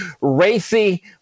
racy